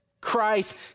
Christ